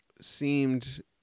seemed